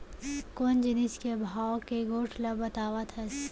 कोन जिनिस के भाव के गोठ ल बतावत हस?